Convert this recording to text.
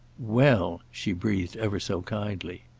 well! she breathed ever so kindly.